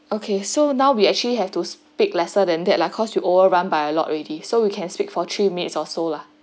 okay so now we actually have to speak lesser than that lah cause you overrun by a lot already so we can speak for three minutes or so lah